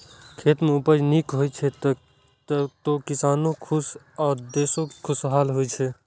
खेत मे उपज नीक होइ छै, तो किसानो खुश आ देशो खुशहाल होइ छै